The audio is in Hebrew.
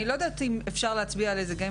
אני לא יודעת אם אפשר להצביע על איזה גיים